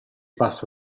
passa